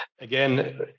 Again